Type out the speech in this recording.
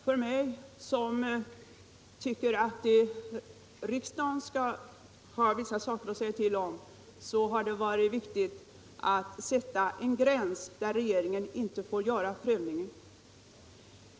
För mig, som tycker att riksdagen skall ha något att säga till om, har det varit viktigt att sätta en gräns där regeringen inte får göra prövningen.